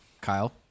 Kyle